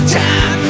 time